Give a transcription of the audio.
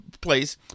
place